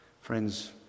Friends